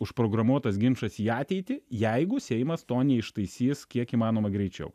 užprogramuotas ginčas į ateitį jeigu seimas to neištaisys kiek įmanoma greičiau